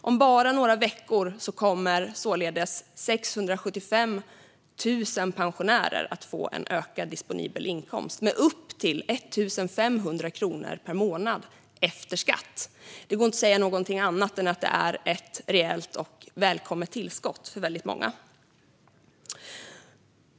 Om bara några veckor kommer således 675 000 pensionärer att få en ökad disponibel inkomst med upp till 1 500 kronor per månad efter skatt. Det går inte att säga någonting annat än att det är ett rejält och välkommet tillskott för väldigt många.